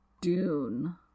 Dune